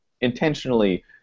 intentionally